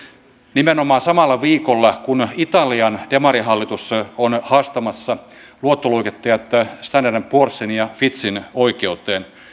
nimenomaan samalla viikolla kun italian demarihallitus on haastamassa luottoluokittajat standard poorsin ja fitchin oikeuteen